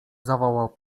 zawołał